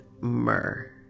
myrrh